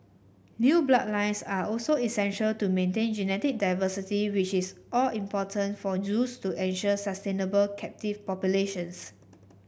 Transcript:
new bloodlines are also essential to maintain genetic diversity which is all important for zoos to ensure sustainable captive populations